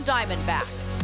Diamondbacks